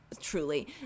truly